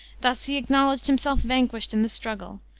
thus he acknowledged himself vanquished in the struggle,